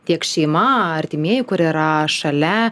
tiek šeima artimieji kur yra šalia